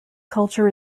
culture